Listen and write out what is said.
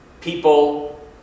People